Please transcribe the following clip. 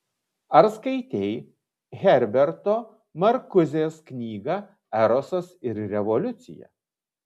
ar skaitei herberto markuzės knygą erosas ir revoliucija